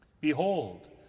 Behold